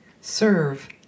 Serve